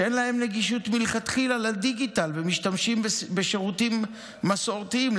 שאין להם גישה מלכתחילה לדיגיטל ומשתמשים בשירותים מסורתיים,